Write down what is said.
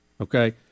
Okay